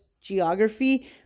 geography